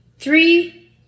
Three